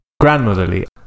grandmotherly